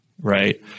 right